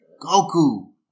Goku